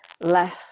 less